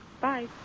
Bye